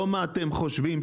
לא מה אתם חושבים,